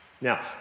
Now